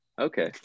Okay